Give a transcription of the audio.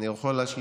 אני יכול להשלים?